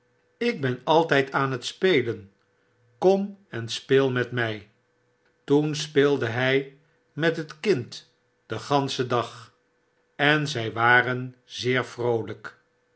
ik ben altyd aan het spelen kom en speel met my i toen speelde hij met het kind den ganschen dag en zy waren zeer vroolijk